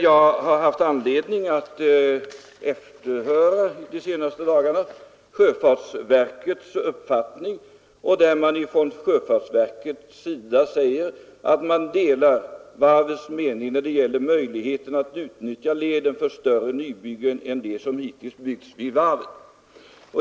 Jag har haft anledning att de senaste dagarna efterhöra sjöfartsverkets uppfattning, och man säger att man delar varvsledningens mening när det gäller möjligheten att utnyttja leden för större nybyggen än de som hittills gjorts vid varvet.